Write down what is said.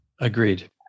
agreed